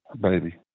Baby